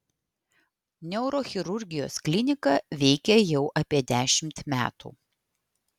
neurochirurgijos klinika veikia jau apie dešimt metų